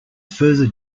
further